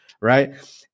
right